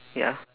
ya